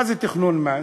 מה זה תכנון מס?